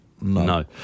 No